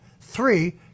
Three